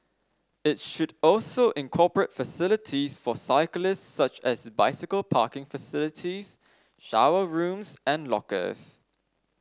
it should also incorporate facilities for cyclists such as bicycle parking facilities shower rooms and lockers